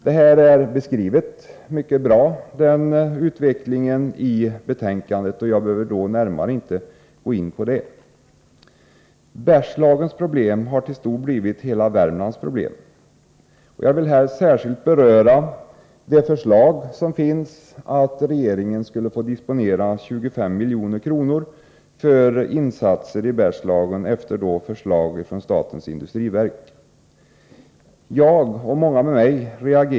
Den här utvecklingen är mycket bra beskriven i betänkandet, och jag behöver därför inte närmare gå in på den. Bergslagens problem har till stor del blivit hela Värmlands problem. Jag vill här särskilt beröra de förslag som finns att regeringen skulle få disponera 25 milj.kr. för insatser i Bergslagen efter förslag från statens industriverk.